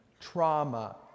trauma